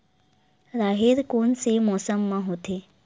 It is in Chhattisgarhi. राहेर कोन से मौसम म होथे?